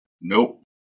Nope